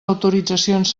autoritzacions